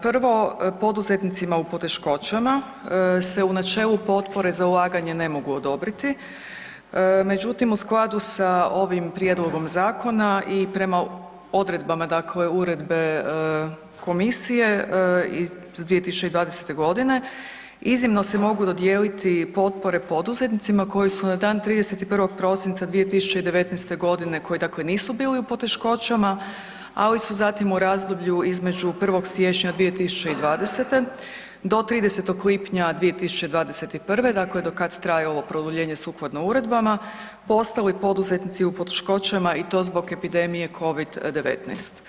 Prvo, poduzetnicima u poteškoćama se u načelu potpore za ulaganje ne mogu odobriti međutim u skladu sa ovim prijedlogom zakona i prema odredbama dakle uredbe komisije iz 2020. g., iznimno se mogu dodijeliti potpore poduzetnicima koji su na dan 31. prosinca 2019. g. koji dakle nisu bili u poteškoćama ali su zatim u razdoblju između 1. siječnja 2020. do 30. lipnja 2021., dakle do kad traje ovo produljenje sukladno uredbama, postali poduzetnici u poteškoćama i to zbog epidemije COVID-19.